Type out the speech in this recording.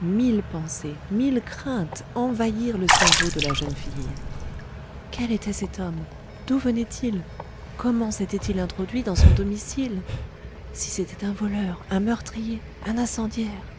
mille pensées mille craintes envahirent le cerveau de la jeune fille quel était cet homme d'où venait-il comment s'était-il introduit dans son domicile si c'était un voleur un meurtrier un incendiaire